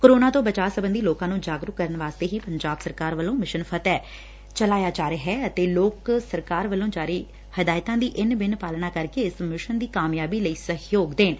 corona ਤੋਂ ਬਚਾਅ ਸਬੰਧੀ ਲੋਕਾਂ ਨੂੰ ਜਾਗਰੁਕ ਕਰਨ ਵਾਸਤੇ ਹੀ ਪੰਜਾਬ ਸਰਕਾਰ ਵੱਲੋਂ ਮਿਸ਼ਨ ਫ਼ਤਿਹ ਚਲਾਇਆ ਜਾ ਰਿਹੈ ਤੇ ਲੋਕ ਸਰਕਾਰ ਵੱਲੋਂ ਜਾਰੈ ਹਦਾਇਤਾਂ ਦੀ ਇਨ ਬਿਨ ਪਾਲਣਾ ਕਰ ਕੇ ਇਸ ਮਿਸ਼ਨ ਦੀ ਕਾਮਯਾਬੀ ਲਈ ਸਹਿਯੋਗ ਦੇਣ